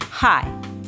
Hi